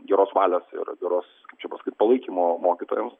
geros valios ir geros kaip čia pasakyt palaikymo mokytojams